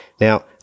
Now